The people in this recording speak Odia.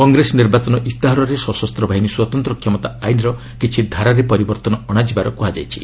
କଂଗ୍ରେସ ନିର୍ବାଚନ ଇସ୍ତାହାରରେ ସଶସ୍ତ ବାହିନୀ ସ୍ୱତନ୍ତ୍ର କ୍ଷମତା ଆଇନ୍ର କିଛି ଧାରାରେ ପରିବର୍ତ୍ତନ ଅଣାଯିବାର କୃହାଯାଇଛି